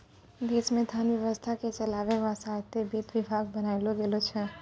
देश मे धन व्यवस्था के चलावै वासतै वित्त विभाग बनैलो गेलो छै